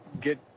get